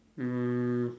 um